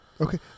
okay